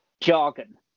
jargon